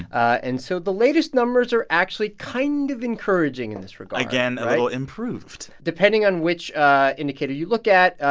and so the latest numbers are actually kind of encouraging in this regard, right? again, a little improved depending on which indicator you look at,